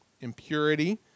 impurity